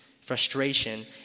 frustration